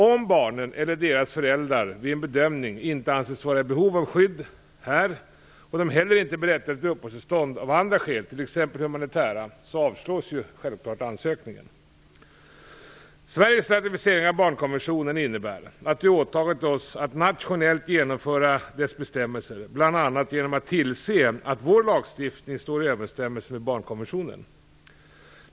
Om barnen eller deras föräldrar vid en bedömning inte anses vara i behov av skydd här och de heller inte är berättigade till uppehållstillstånd av andra skäl, t.ex. humanitära, avslås självklart ansökningen. Sveriges ratificering av barnkonventionen innebär att vi åtagit oss att nationellt genomföra dess bestämmelser, bl.a. genom att tillse att vår lagstiftning står i överensstämmelse med barnkonventionen.